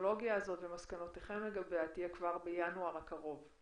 שהטכנולוגיה הזו ומסקנותיכם לגביה יהיו כבר בינואר הקרוב,